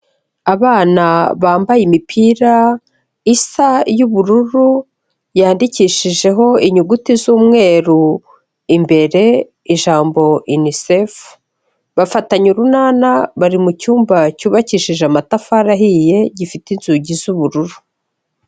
Abana bambaye imipira isa iy'ubururu yandikishijeho inyuguti z'umweru, imbere ijambo Unicef, bafatanye urunana bari mu cyumba cyubakishije amatafari ahiye, gifite inzugi z'ubururu.